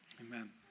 Amen